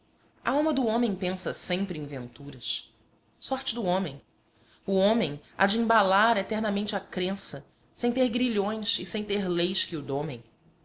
alma do homem pensa sempre em venturas sorte do homem o homem há de embalar eternamente a crença sem ter grilhões e sem ter leis que o